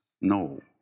No